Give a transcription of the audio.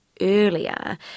earlier